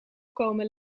komen